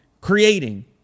creating